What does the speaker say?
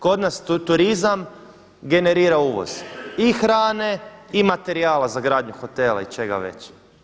Kod nas turizam generira uvoz i hrane i materijala za gradnju hotela ili čega već.